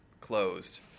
closed